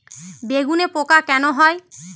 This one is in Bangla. বেগুনে পোকা কেন হয়?